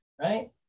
right